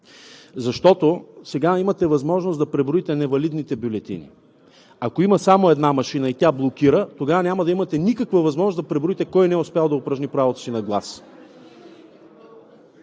хартия. Сега имате възможност да преброите невалидните бюлетини. Ако имате само една машина и тя блокира, тогава няма да имате никаква възможност да преброите кой не е успял да упражни правото си на глас.